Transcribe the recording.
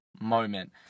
moment